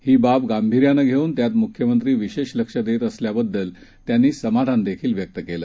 हीबाबगांभीर्यानंघेऊनत्यातमुख्यमंत्रीविशेषलक्षदेतअसल्याबद्दलत्यांनीसमाधानहीव्यक्तकेलं